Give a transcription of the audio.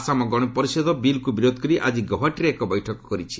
ଆସାମ ଗଣପରିଷଦ ବିଲ୍କୁ ବିରୋଧ କରି ଆକି ଗୌହାଟୀଠାରେ ଏକ ବୈଠକ କରିଛି